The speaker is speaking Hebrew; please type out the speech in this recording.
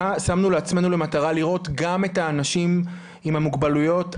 שמנו לעצמנו למטרה לראות גם את האנשים עם המוגבלויות,